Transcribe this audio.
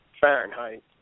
Fahrenheit